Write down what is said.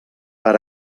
per